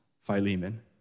Philemon